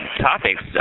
topics